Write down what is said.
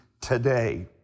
today